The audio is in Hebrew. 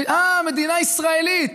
מדינה ישראלית.